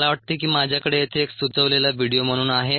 मला वाटते की माझ्याकडे येथे एक सुचवलेला व्हिडिओ म्हणून आहे